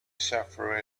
sufferer